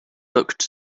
looked